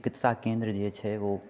चिकित्सा केन्द्र जे छै ओ